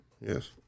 Yes